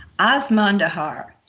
oz mondejar,